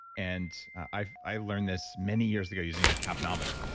and i i learned this many years ago using a capnometer,